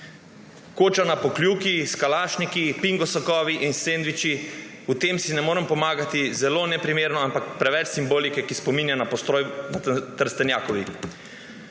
Koča na Pokljuki s kalašnikovi, Pingo sokovi in sendviči – pri tem si ne morem pomagati, zelo neprimerno, ampak preveč simbolike, ki spominja na postroj na Trstenjakovi.